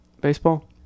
baseball